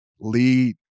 lead